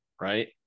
right